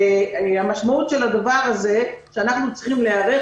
המשמעות של הדבר הזה היא שאנחנו צריכים להיערך,